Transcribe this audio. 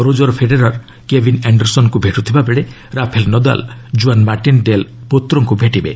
Roger Federer Kevin ଆଶ୍ଚରସନଙ୍କୁ ଭେଟୁଥିବାବେଳେ Rafael Nadal Juan Martin del ପୋତ୍ରୋଙ୍କୁ ଭେଟିବେ